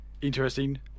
interesting